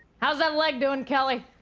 how's that leg doing, kelly?